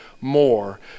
more